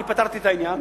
אני פתרתי את העניין.